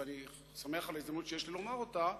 ואני שמח על ההזדמנות שיש לי לומר אותה,